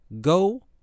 go